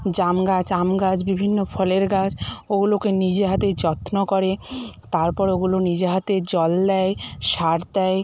জাম গাছ আম গাছ বিভিন্ন ফলের গাছ ওগুলোকে নিজে হাতে যত্ন করে তারপর ওগুলো নিজে হাতে জল দেয় সার দেয়